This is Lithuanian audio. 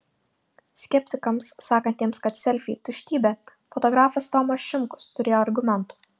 skeptikams sakantiems kad selfiai tuštybė fotografas tomas šimkus turėjo argumentų